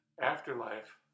afterlife